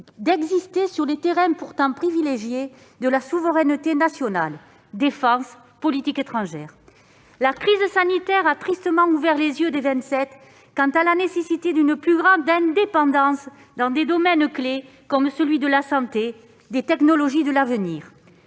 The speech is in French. d'exister sur les terrains pourtant privilégiés de la souveraineté nationale : la défense et la politique étrangère. La crise sanitaire a tristement ouvert les yeux des Vingt-Sept quant à la nécessité d'une plus grande indépendance dans des domaines clés, comme la santé ou encore les technologies de l'avenir.